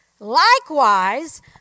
Likewise